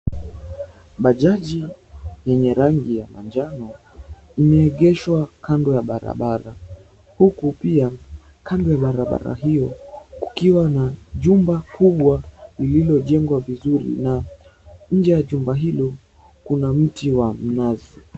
Bajaji yenye rangi ya manjano imeegeshwa kando ya barabara huku pia kando ya barabara hio kukiwa na jumba kubwa lililojengwa vizuri na nje ya jumba hilo kuna mti wa mnazi.